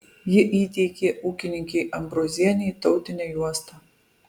ji įteikė ūkininkei ambrozienei tautinę juostą